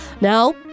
Now